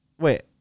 wait